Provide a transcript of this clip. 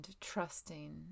trusting